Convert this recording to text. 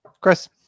Chris